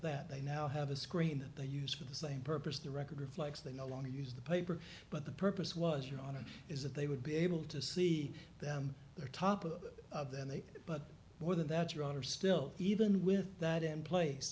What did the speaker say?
that they now have a screen that they use for the same purpose the record reflects they no longer use the paper but the purpose was your honor is that they would be able to see that their top of the and they but more than that your honor still even with that in place